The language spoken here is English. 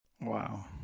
Wow